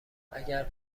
اگه